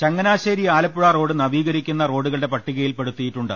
Changanassery Alappuzha road നവീകരിക്കുന്ന റോഡുകളുടെ പട്ടികയിൽപ്പെടു ത്തിയിട്ടുണ്ട്